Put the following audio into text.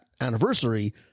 anniversary